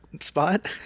spot